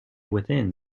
within